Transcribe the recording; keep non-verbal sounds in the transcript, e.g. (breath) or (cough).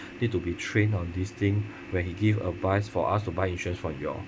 need to be trained on this thing (breath) when he give advice for us to buy insurance from you all